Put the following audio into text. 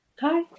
Hi